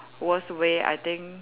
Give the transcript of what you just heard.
worst way I think